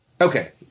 Okay